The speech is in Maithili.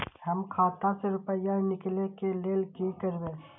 हम खाता से रुपया निकले के लेल की करबे?